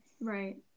Right